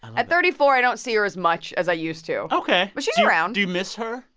at thirty four, i don't see her as much as i used to ok but she's around do you miss her?